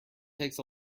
takes